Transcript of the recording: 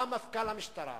בא מפכ"ל המשטרה